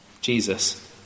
Jesus